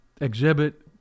exhibit